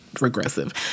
regressive